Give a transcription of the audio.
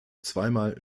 zweimal